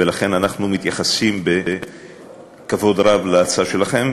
ולכן אנחנו מתייחסים בכבוד רב להצעה שלכם,